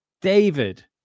David